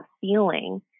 feeling